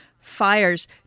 fires